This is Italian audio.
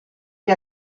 che